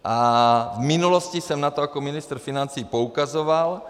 V minulosti jsem na to jako ministr financí poukazoval.